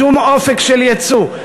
שום אופק של יצוא,